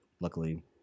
luckily